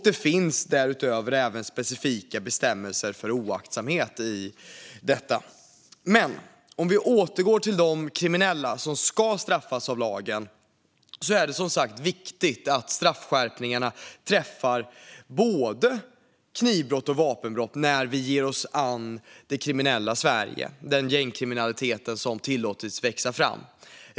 Det finns därutöver specifika bestämmelser gällande oaktsamhet i detta. Om vi återgår till de kriminella som ska straffas av lagen är det som sagt viktigt att straffskärpningar träffar både knivbrott och vapenbrott när vi tar oss an det kriminella Sverige och den gängkriminalitet som har tillåtits växa fram.